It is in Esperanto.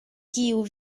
kiu